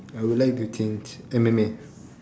I would like to change M_M_A